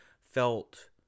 felt